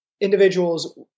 individuals